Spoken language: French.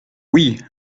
oui